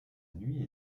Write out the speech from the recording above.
nuit